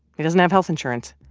he doesn't have health insurance,